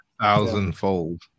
Thousandfold